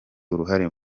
uruhare